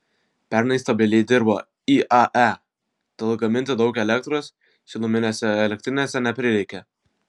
pernai stabiliai dirbo iae todėl gaminti daug elektros šiluminėse elektrinėse neprireikė